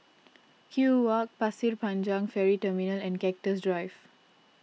Kew Walk Pasir Panjang Ferry Terminal and Cactus Drive